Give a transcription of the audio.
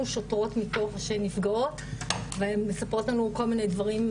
שוטרות שנפגעות והן מספרות לנו כל מיני דברים,